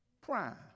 Prime